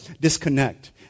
disconnect